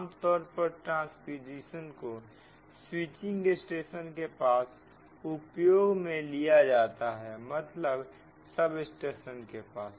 आमतौर पर ट्रांस्पोजिशन को स्विचिंग स्टेशन के पास उपयोग में लिया जाता है मतलब सब स्टेशन के पास